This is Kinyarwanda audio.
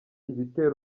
ibitero